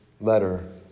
letter